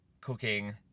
cooking